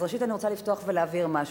אז ראשית אני רוצה לפתוח ולהבהיר משהו.